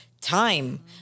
time